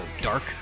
dark